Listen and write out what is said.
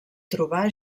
trobar